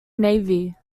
navy